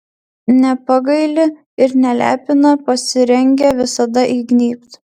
nepagaili ir nelepina pasirengę visada įgnybt